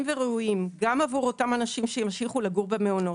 וראויים גם עבור אותם אנשים שימשיכו לגור במעונות.